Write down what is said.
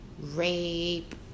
rape